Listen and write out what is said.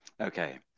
Okay